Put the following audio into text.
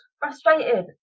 frustrated